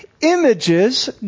images